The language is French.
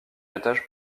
étage